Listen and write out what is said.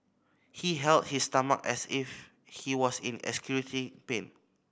he held his stomach as if he was in excruciating pain